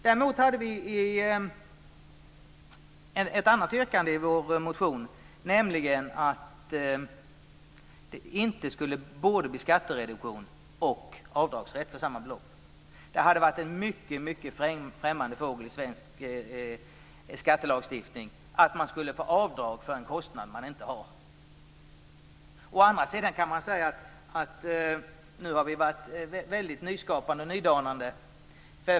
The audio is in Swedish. Däremot hade vi ett annat yrkande i vår motion, nämligen att det inte skulle bli både skattereduktion och avdragsrätt för samma belopp. Det hade varit en mycket främmande fågel i svensk skattelagstiftning, dvs. att få avdrag för en kostnad man inte har. Å andra sidan kan vi säga att vi har varit mycket nyskapande och nydanande.